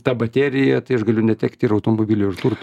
tą bateriją tai aš galiu netekti automobilio ir turto